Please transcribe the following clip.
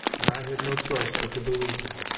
and i had no choice but to believe him.